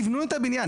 תבנו את הבניין.